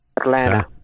Atlanta